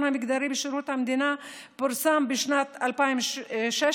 המגדרי בשירות המדינה פורסם בשנת 2016,